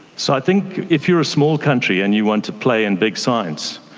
so i think if you are a small country and you want to play in big science,